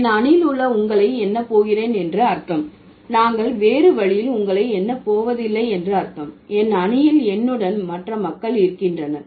என் அணியிலுள்ள உங்களை எண்ண போகிறேன் என்று அர்த்தம் நாங்கள் வேறு வழியில் உங்களை எண்ண போவதில்லை என்று அர்த்தம் என் அணியில் என்னுடன் மற்ற மக்கள் இருக்கின்றனர்